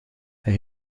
hij